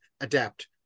adapt